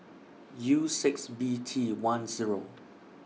U six B T one Zero